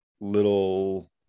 little